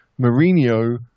Mourinho